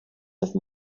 have